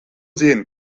sehen